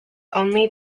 only